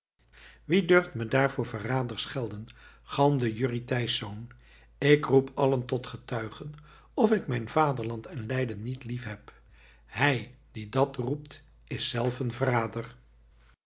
wie durft me daar voor verrader schelden galmde jurrie thijsz ik roep allen tot getuigen of ik mijn vaderland en leiden niet lief heb hij die dat roept is zelf een verrader